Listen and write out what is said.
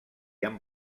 han